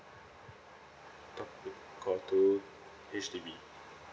call two call two H_D_B